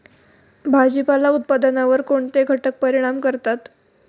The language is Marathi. भाजीपाला उत्पादनावर कोणते घटक परिणाम करतात?